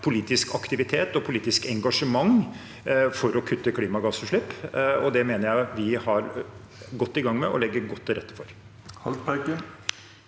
politisk aktivitet og politisk engasjement for å kutte klimagassutslipp, og det mener jeg vi er godt i gang med og legger godt til rette for.